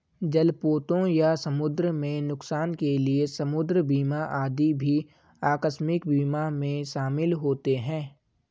जलपोतों या समुद्र में नुकसान के लिए समुद्र बीमा आदि भी आकस्मिक बीमा में शामिल होते हैं